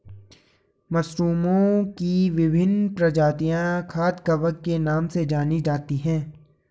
मशरूमओं की विभिन्न प्रजातियां खाद्य कवक के नाम से जानी जाती हैं